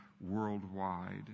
worldwide